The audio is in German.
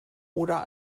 oder